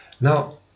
now